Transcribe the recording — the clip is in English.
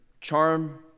charm